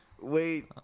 Wait